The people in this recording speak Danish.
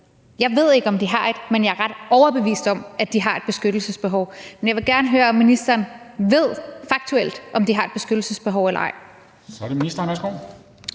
Jeg ved ikke, om de har et, men jeg er ret overbevist om det. Men jeg vil gerne høre, om ministeren faktuelt ved, om de har et beskyttelsesbehov eller ej. Kl. 16:08 Formanden